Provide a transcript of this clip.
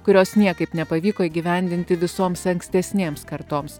kurios niekaip nepavyko įgyvendinti visoms ankstesnėms kartoms